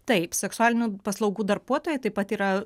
taip seksualinių paslaugų darbuotojai taip pat yra